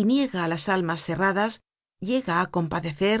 y niega á las almas cerradas llega á compadecer